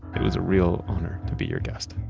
it is a real honor to be your guest